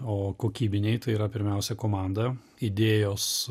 o kokybiniai tai yra pirmiausia komanda idėjos